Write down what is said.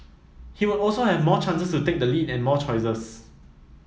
he would also have more chances to take the lead and more choices